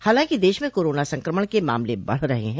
हालांकि देश में कोरोना संक्रमण के मामले बढ़ रहे हैं